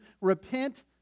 repent